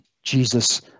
jesus